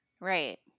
Right